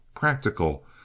practical